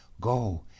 Go